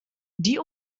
die